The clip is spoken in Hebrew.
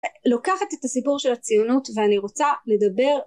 לוקחת את הסיפור של הציונות ואני רוצה לדבר